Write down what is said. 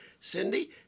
Cindy